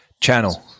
Channel